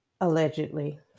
Allegedly